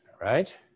right